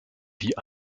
die